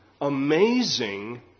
amazing